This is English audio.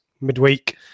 midweek